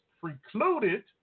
precluded